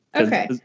Okay